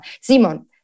Simon